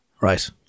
Right